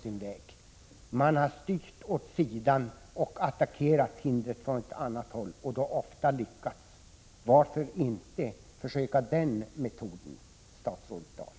Men jag har styrt åt sidan och attackerat hindret från ett annat håll, och då ofta lyckats. Varför inte försöka med den metoden, statsrådet Dahl?